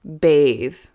bathe